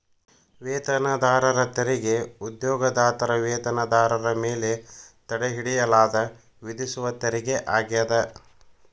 ವೇತನದಾರರ ತೆರಿಗೆ ಉದ್ಯೋಗದಾತರ ವೇತನದಾರರ ಮೇಲೆ ತಡೆಹಿಡಿಯಲಾದ ವಿಧಿಸುವ ತೆರಿಗೆ ಆಗ್ಯಾದ